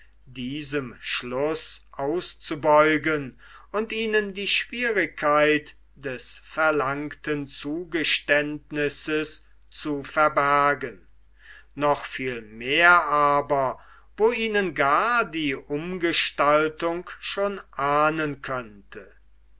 diesem schuß auszubeugen und ihnen die schwierigkeit des verlangten zugeständnisses zu verbergen noch viel mehr aber wo ihnen gar die umgestaltung schon ahnden könnte